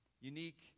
unique